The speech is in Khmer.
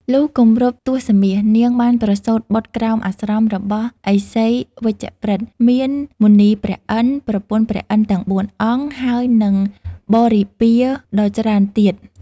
លុះគម្រប់ទសមាសនាងបានប្រសូត្របុត្រក្រោមអាស្រមរបស់ឥសីវជ្ជប្រិត មានមុនីព្រះឥន្ទ្រ ប្រពន្ធព្រះឥន្ទ្រទាំងបួនអង្គ ហើយនិងបរិពារដ៏ច្រើនទៀត។